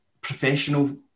professional